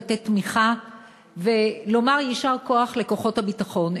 לתת תמיכה ולומר יישר כוח לכוחות הביטחון.